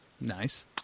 Nice